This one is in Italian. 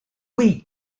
qui